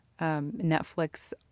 Netflix